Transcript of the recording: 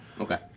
Okay